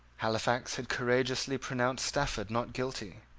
halifax had courageously pronounced stafford not guilty.